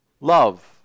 Love